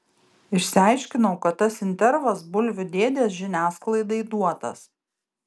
išsiaiškinau kad tas intervas bulvių dėdės žiniasklaidai duotas